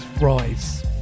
Rise